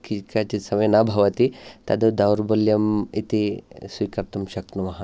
कि केचित् समये न भवति तद् दौर्बल्यम् इति स्वीकर्तुं शक्नुमः